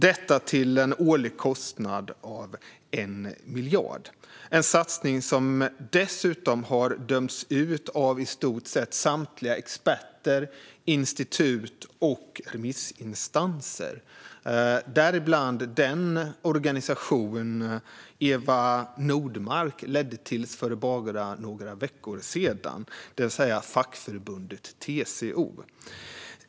Detta ska ske till en årlig kostnad av 1 miljard. Satsningen har dömts ut av i stort sett samtliga experter, institut och remissinstanser, däribland den organisation som Eva Nordmark ledde fram till för bara några veckor sedan, nämligen fackförbundet TCO.